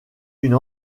une